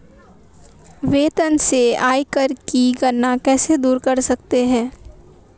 वेतन से आयकर की गणना कैसे दूर कर सकते है?